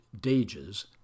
DAGES